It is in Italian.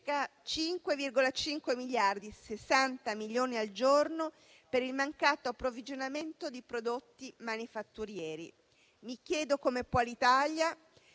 5,5 miliardi (60 milioni al giorno) per il mancato approvvigionamento di prodotti manifatturieri. Mi chiedo come possa l'Italia,